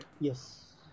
Yes